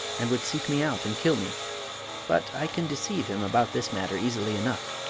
and would seek me out and kill me but i can deceive him about this matter easily enough.